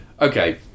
okay